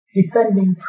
Defending